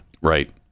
Right